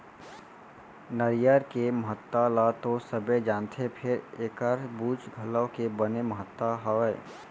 नरियर के महत्ता ल तो सबे जानथें फेर एकर बूच घलौ के बने महत्ता हावय